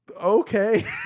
okay